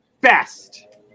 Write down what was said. best